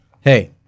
Hey